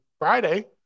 friday